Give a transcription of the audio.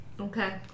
Okay